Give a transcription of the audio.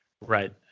Right